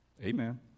Amen